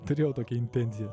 turėjau tokią intenciją